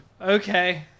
Okay